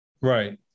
Right